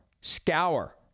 scour